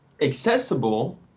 accessible